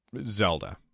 Zelda